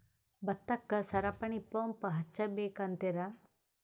ಭತ್ತಕ್ಕ ಸರಪಣಿ ಪಂಪ್ ಹಚ್ಚಬೇಕ್ ಅಂತಿರಾ?